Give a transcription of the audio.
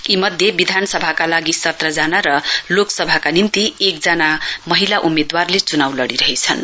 यी मध्ये विधानसभाका लागि सत्र जना र लोकसभाका निम्ति एकजना महिला उम्मेदवारले च्नाउ लडिरहेछन्